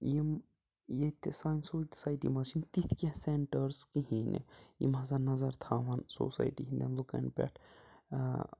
یِم ییٚتہِ سانہِ سوسایٹی منٛز چھِنہٕ تِتھۍ کینٛہہ س۪نٹٲرٕس کِہیٖنۍ نہٕ یِم ہَسا نَظر تھاوَن سوسایٹی ہِنٛدٮ۪ن لُکَن پٮ۪ٹھ